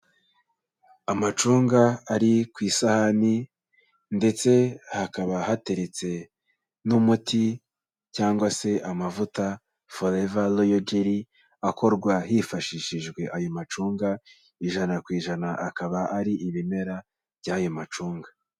Amacunga ari ku isahani ndetse hakaba hateretse n'umuti cyangwa se amavuta forever royal jelly, akorwa hifashishijwe ayo macunga ijana ku ijana akaba ari ibimera by'ayo macunga.